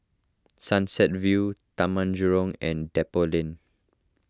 Sunset View Taman Jurong and Depot Lane